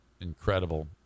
incredible